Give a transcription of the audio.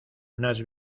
unas